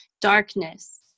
Darkness